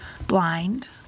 blind